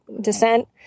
descent